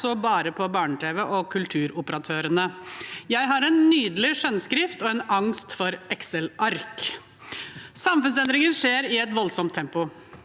på bare barne-tv og «Kulturoperatørene». Jeg har en nydelig skjønnskrift og en angst for Excel-ark. Samfunnsendringer skjer i et voldsomt tempo.